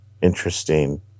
interesting